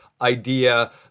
idea